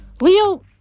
leo